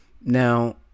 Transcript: Now